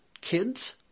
kids